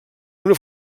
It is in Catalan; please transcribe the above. una